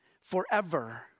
Forever